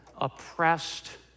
oppressed